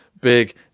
big